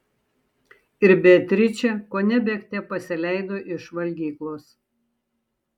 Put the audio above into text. ir beatričė kone bėgte pasileido iš valgyklos